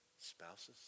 spouses